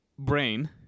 Brain